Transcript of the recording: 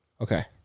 Okay